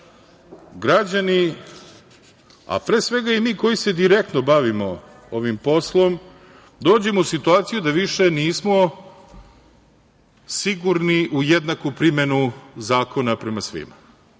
građani, a pre svega i mi koji se direktno bavimo ovim poslom, dođemo u situaciju da više nismo sigurni u jednaku primenu zakona prema svima.